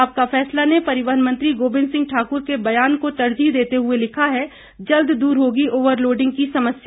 आपका फैसला ने परिवहन मंत्री गोविंद सिंह ठाकुर के बयान को तरजीह देते हुए लिखा है जल्द दूर होगी ओवरलोडिंग की समस्या